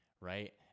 right